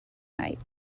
night